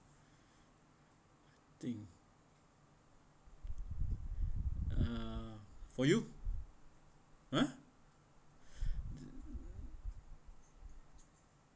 I think uh for you !huh!